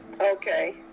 Okay